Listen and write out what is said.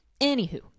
Anywho